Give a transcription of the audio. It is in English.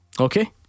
Okay